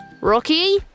Rocky